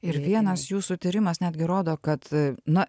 ir vienas jūsų tyrimas netgi rodo kad na